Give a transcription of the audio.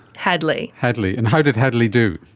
hadley. hadley. and how did hadley do?